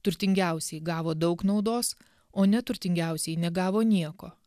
turtingiausieji gavo daug naudos o neturtingiausieji negavo nieko